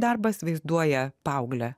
darbas vaizduoja paauglę